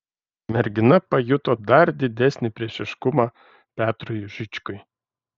mergina pajuto dar didesnį priešiškumą petrui žičkui